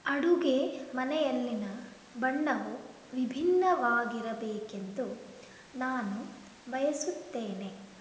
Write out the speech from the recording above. ಅಡುಗೆ ಮನೆಯಲ್ಲಿನ ಬಣ್ಣವು ವಿಭಿನ್ನವಾಗಿರಬೇಕೆಂದು ನಾನು ಬಯಸುತ್ತೇನೆ